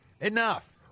enough